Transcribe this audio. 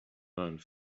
burned